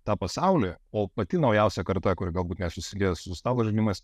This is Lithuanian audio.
tą pasaulį o pati naujausia karta kuri galbūt nesusilieja su stalo žaidimas